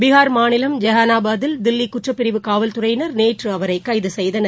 பீகார் மாநிலம் ஜெகானாபாத்தில் தில்லி குற்றப்பிரிவு காவல்துறையினர் நேற்று அவரை கைது செய்தனர்